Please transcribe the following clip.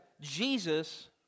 Jesus